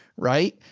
right.